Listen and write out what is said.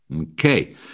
Okay